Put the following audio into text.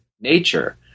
nature